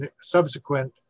subsequent